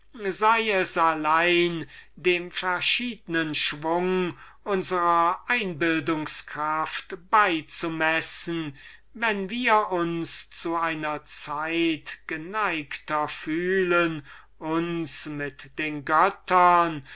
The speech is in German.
daß es vermutlich allein dem verschiednen schwung unsrer einbildungs-kraft beizumessen sei wenn wir uns zu einer zeit geneigter fühlen uns mit den göttern